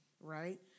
right